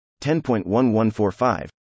10.1145